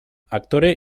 aktore